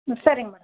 சரிங்க மேடம்